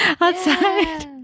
outside